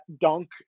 dunk